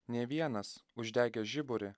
ne vienas uždegęs žiburį